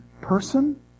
person